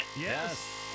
Yes